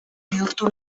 bihurtu